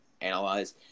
analyze